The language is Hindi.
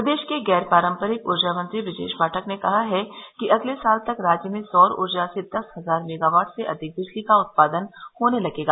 प्रदेश के गैर पारम्परिक ऊर्जा मंत्री बुजेश पाठक ने कहा है कि अगले साल तक राज्य में सौर ऊर्जा से दस हजार से मेगावाट से अधिक बिजली का उत्पादन होने लगेगा